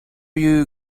you